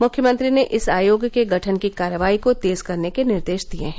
मुख्यमंत्री ने इस आयोग के गठन की कार्यवाही को तेज करने के निर्देश दिए हैं